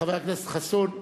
חבר הכנסת חסון,